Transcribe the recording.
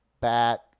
bat